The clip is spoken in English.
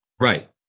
Right